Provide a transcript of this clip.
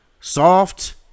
soft